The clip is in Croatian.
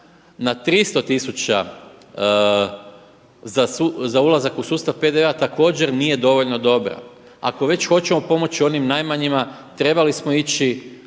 na 300 tisuća za ulazak u sustav PDV-a također nije dovoljno dobra. Ako već hoćemo pomoći onim najmanjima trebali smo ići